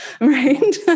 right